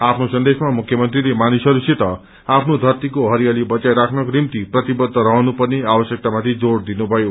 आफ्नो सन्देशमा मुख्यमन्त्रीले मानिसहर्ससित आफ्नो धरतीको इरियाली बचाइ राख्नको निम्ति प्रतिषद्ध रहनु पर्ने आवश्यकतामाथि जोइ दिनुभयो